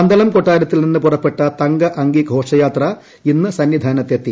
പന്തളം കൊട്ടാരത്തിൽ നിന്ന് പുറപ്പെട്ട തങ്ക അങ്കി ഘോഷയാത്ര ഇന്ന് സന്നിധാനത്ത് എത്തി